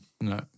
no